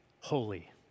holy